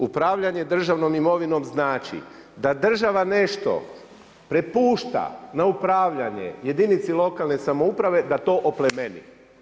Upravljanje državnom imovinom znači da država nešto prepušta na upravljanje jedinici lokalne samouprave da to oplemeni.